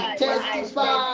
testify